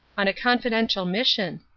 on a confidential mission.